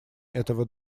этого